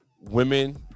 women